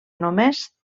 només